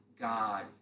God